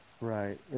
Right